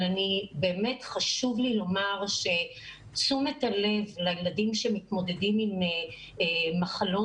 אבל באמת חשוב לי לומר שתשומת הלב לילדים שמתמודדים עם מחלות